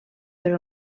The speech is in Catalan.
però